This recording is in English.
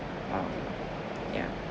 uh yeah